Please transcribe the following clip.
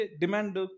demand